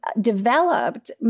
developed